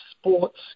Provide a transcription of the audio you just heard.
sports